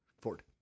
Ford